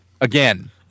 Again